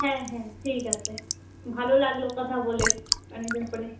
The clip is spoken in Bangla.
হ্যাঁ হ্যাঁ ঠিক আছে ভালো লাগলো কথা বলে অনেক দিন পরে